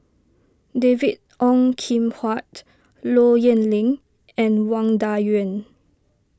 David Ong Kim Huat Low Yen Ling and Wang Dayuan